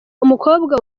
umukobwa